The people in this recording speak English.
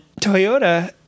Toyota